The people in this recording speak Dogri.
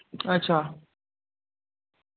अच्छा